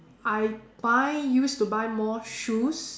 I buy used to buy more shoes